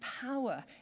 power